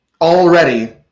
already